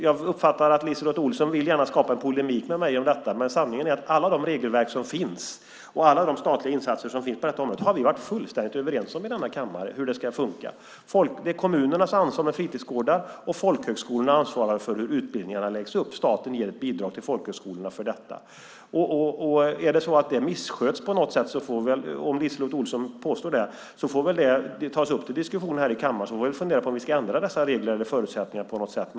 Jag uppfattar att LiseLotte Olsson gärna vill skapa polemik med mig om detta, men sanningen är att alla de regelverk som finns och alla de statliga insatser som finns på det här området har vi varit fullständigt överens om här i kammaren. Fritidsgårdarna är kommunernas ansvar, och folkhögskolorna ansvarar för hur utbildningarna läggs upp. Staten ger ett bidrag till folkhögskolorna för detta. Om LiseLotte Olsson påstår att det missköts på något sätt får det väl tas upp till diskussion här i kammaren så att vi får diskutera om vi ska ändra dessa regler eller förutsättningar på något sätt.